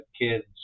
kids